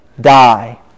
die